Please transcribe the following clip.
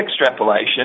extrapolation